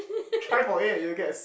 try for A and you'll get a C